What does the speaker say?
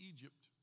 Egypt